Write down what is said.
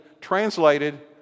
translated